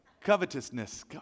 Covetousness